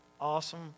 awesome